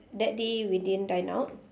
that day we didn't dine out